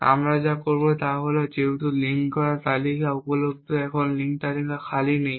এবং আমরা যা দেখব তা হল যেহেতু লিঙ্ক করা তালিকা উপলব্ধ এবং লিঙ্ক তালিকা খালি নেই